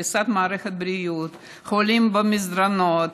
קריסת מערכת הבריאות, חולים במסדרונות,